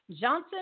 Johnson